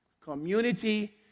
Community